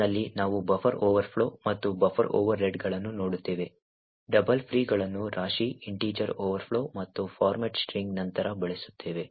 ಕೋರ್ಸ್ನಲ್ಲಿ ನಾವು buffer overflow ಮತ್ತು ಬಫರ್ ಓವರ್ರೆಡ್ಗಳನ್ನು ನೋಡುತ್ತೇವೆ ಡಬಲ್ ಫ್ರೀಗಳನ್ನು ರಾಶಿ ಇಂಟಿಜರ್ ಓವರ್ಫ್ಲೋ ಮತ್ತು ಫಾರ್ಮ್ಯಾಟ್ ಸ್ಟ್ರಿಂಗ್ ನಂತರ ಬಳಸುತ್ತೇವೆ